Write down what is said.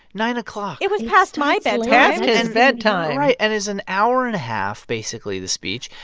nine o'clock it was past my bedtime past his bedtime right. and it's an hour and a half, basically, this speech.